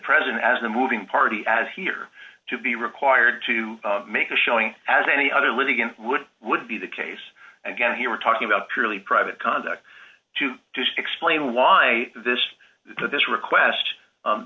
president as a moving party as here to be required to make a showing as any other litigant would would be the case again here we're talking about purely private conduct to explain why this this request